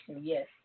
Yes